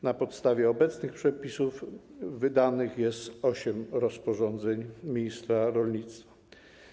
Na podstawie obecnych przepisów wydanych jest osiem rozporządzeń ministra rolnictwa.